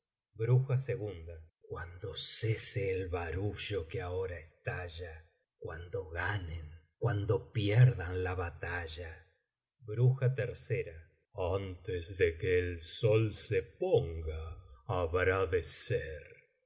ó truenos cuando cese el barullo que ahora estalla cuando ganen cuando pierdan la batalla antes de que el sol se ponga habrá de ser